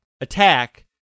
attack